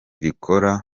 rikora